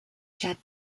shed